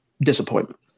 disappointment